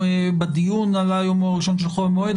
בדיון עלה היום הראשון של חול המועד,